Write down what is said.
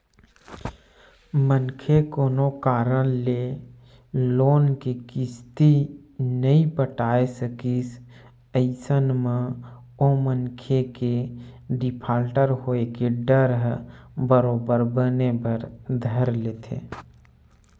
मनखे कोनो कारन ले लोन के किस्ती नइ पटाय सकिस अइसन म ओ मनखे के डिफाल्टर होय के डर ह बरोबर बने बर धर लेथे